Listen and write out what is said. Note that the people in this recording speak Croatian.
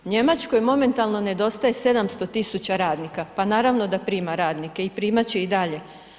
Njemačkoj momentalno nedostaje 700 tisuća radnika pa naravno da prima radnike i primat će i dalje.